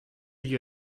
you